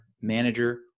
manager